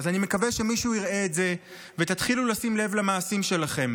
אז אני מקווה שמישהו יראה את זה ותתחילו לשים לב למעשים שלכם.